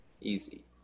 Easy